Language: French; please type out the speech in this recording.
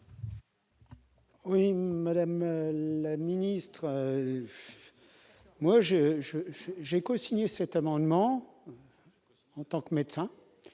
Oui, Madame la Ministre, moi je, je, j'ai cosigné cet amendement en tant que médecin,